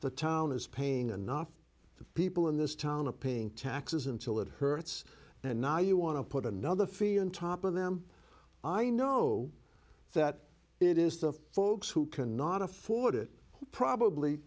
the town is paying enough people in this town a paying taxes until it hurts and now you want to put another fee in top of them i know that it is the folks who cannot afford it probably